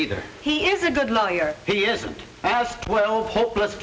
either he is a good lawyer he isn't as well hopele